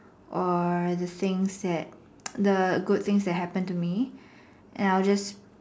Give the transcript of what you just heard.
or the things that the good things that happen to me and I'll just